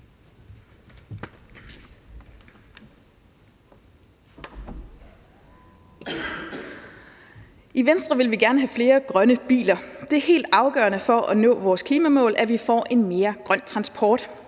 I Venstre vil vi gerne have flere grønne biler. Det er helt afgørende for at nå vores klimamål, at vi får en mere grøn transport.